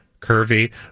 curvy